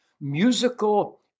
musical